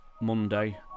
Monday